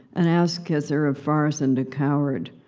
and an ass-kisser, a farce, and a coward.